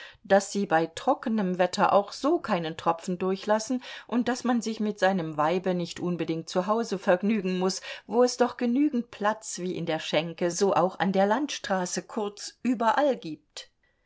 daß sie bei trockenem wetter auch so keinen tropfen durchlassen und daß man sich mit seinem weibe nicht unbedingt zu hause vergnügen muß wo es doch genügend platz wie in der schenke so auch an der landstraße kurz überall gibt